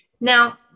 Now